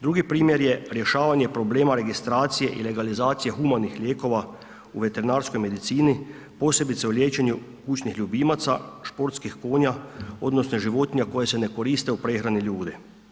Drugi primjer je rješavanje problema registracije i legalizacije humanih lijekova u veterinarskoj medicini, posebice u liječenju kućnih ljubimaca, športskih konja odnosno životinja koje se ne koriste u prehrani ljudi.